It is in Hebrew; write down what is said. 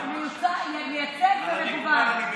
ככה נראה טקס מייצג ומגוון.